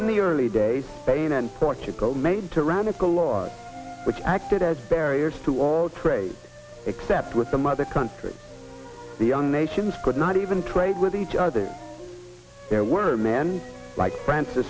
in the early days spain and portugal made to radical law which acted as barriers to all trade except with the mother country the nations could not even trade with each other there were men like franc